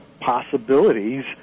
possibilities